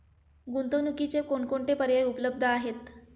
गुंतवणुकीचे कोणकोणते पर्याय उपलब्ध आहेत?